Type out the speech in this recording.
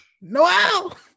Noel